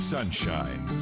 Sunshine